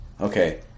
Okay